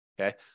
Okay